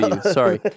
Sorry